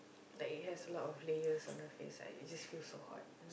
like it has a lot of layers on your face like it just feel so hot